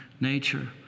nature